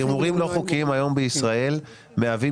הימורים לא חוקיים היום בישראל מהווים